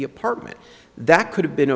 the apartment that could have been